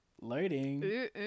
Loading